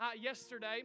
Yesterday